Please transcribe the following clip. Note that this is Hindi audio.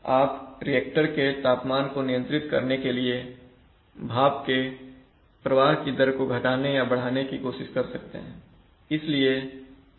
आप रिएक्टर के तापमान को नियंत्रित करने के लिए भाप के प्रवाह की दर को घटाने या बढ़ाने की कोशिश करते हैं